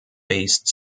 based